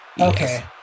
Okay